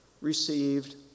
received